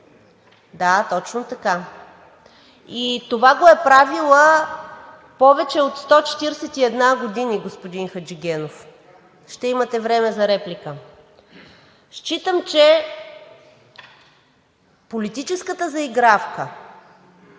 Да, точно така. И това го е правила повече от 141 години. Господин Хаджигенов, ще имате време за реплика. Считам, че политическата заигравка